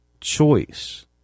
choice